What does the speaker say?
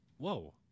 Whoa